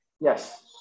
Yes